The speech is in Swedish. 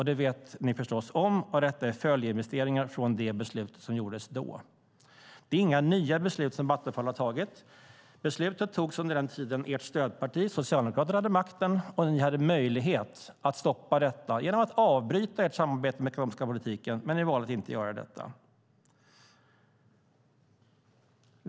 Det vet ni förstås om, och detta är följdinvesteringar med anledning av det beslut som gjordes då. Det är inga nya beslut som Vattenfall har tagit. Beslutet togs under den tid som Socialdemokraterna, som ni var stödparti åt, hade makten och ni hade möjlighet att stoppa detta genom att avbryta ert samarbete i den ekonomiska politiken. Men ni valde att inte göra detta.